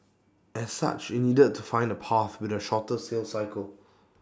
as such IT needed to find A path with A shorter sales cycle